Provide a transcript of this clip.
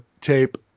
tape